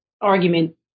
argument